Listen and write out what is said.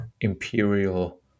imperial